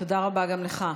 תודה רבה גם לך.